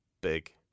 big